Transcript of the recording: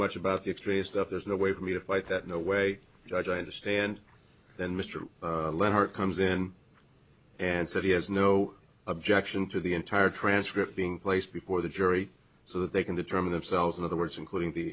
much about the extraneous stuff there's no way for me to fight that no way judge i understand then mr leonhardt comes in and says he has no objection to the entire transcript being placed before the jury so that they can determine themselves in other words including the